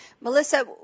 Melissa